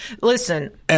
Listen